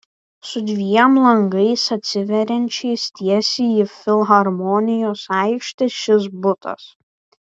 su dviem langais atsiveriančiais tiesiai į filharmonijos aikštę šis butas